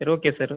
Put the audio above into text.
சரி okay sir